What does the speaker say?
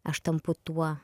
aš tampu tuo